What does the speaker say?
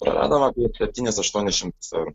praradom apie septynis aštuonis šimtus eurų